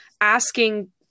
asking